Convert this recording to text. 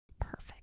perfect